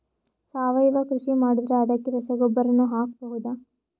ಸಾವಯವ ಕೃಷಿ ಮಾಡದ್ರ ಅದಕ್ಕೆ ರಸಗೊಬ್ಬರನು ಹಾಕಬಹುದಾ?